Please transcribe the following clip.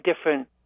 different